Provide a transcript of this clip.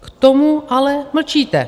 K tomu ale mlčíte.